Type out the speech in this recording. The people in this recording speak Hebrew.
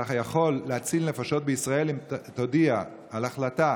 אתה יכול להציל נפשות בישראל אם תודיע על ההחלטה